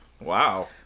Wow